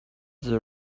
the